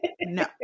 No